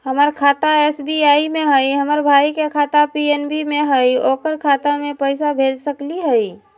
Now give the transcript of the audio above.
हमर खाता एस.बी.आई में हई, हमर भाई के खाता पी.एन.बी में हई, ओकर खाता में पैसा कैसे भेज सकली हई?